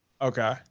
Okay